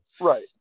Right